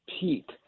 peak